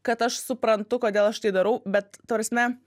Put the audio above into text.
kad aš suprantu kodėl aš tai darau bet ta prasme